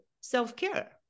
self-care